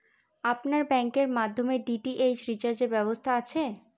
আপনার ব্যাংকের মাধ্যমে ডি.টি.এইচ রিচার্জের ব্যবস্থা আছে?